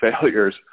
failures